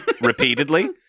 repeatedly